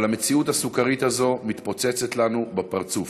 אבל המציאות הסוכרית הזו מתפוצצת לנו בפרצוף.